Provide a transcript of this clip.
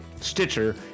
Stitcher